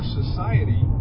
society